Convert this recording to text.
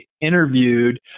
interviewed